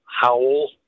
Howell